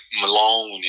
Malone